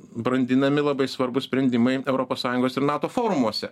brandinami labai svarbūs sprendimai europos sąjungos ir nato forumuose